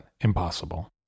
impossible